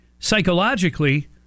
psychologically